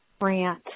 rant